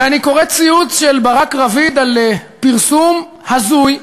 ואני קורא ציוץ של ברק רביד על פרסום הזוי,